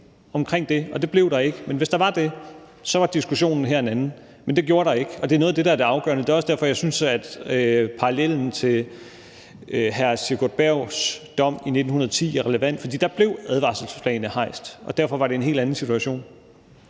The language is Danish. omkring det – og det blev der ikke, men hvis der var det – så var diskussionen her en anden. Men det gjorde der ikke, og det er noget af det, der er det afgørende, og det er også derfor, jeg synes, at parallellen til hr. Sigurd Bergs dom i 1910 er relevant, fordi der blev advarselsflagene hejst, og derfor var det en helt anden situation.